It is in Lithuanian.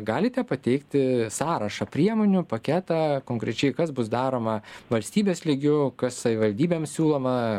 galite pateikti sąrašą priemonių paketą konkrečiai kas bus daroma valstybės lygiu kas savivaldybėms siūloma